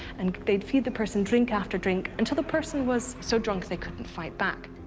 and they'd feed the person drink after drink until the person was so drunk, they couldn't fight back.